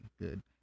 good